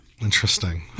Interesting